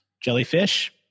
Jellyfish